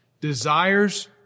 Desires